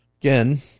again